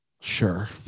Sure